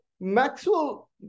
Maxwell